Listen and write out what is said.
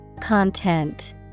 Content